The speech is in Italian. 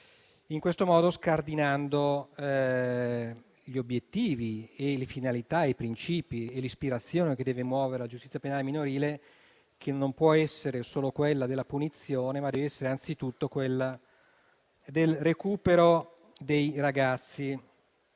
in questo modo scardinando gli obiettivi, le finalità, i principi e l'ispirazione che devono muovere la giustizia penale minorile, che non può essere solo quella della punizione, ma deve essere anzitutto quella del recupero dei ragazzi.